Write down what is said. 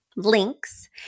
links